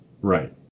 right